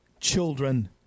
children